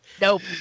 nope